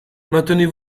maintenez